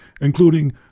including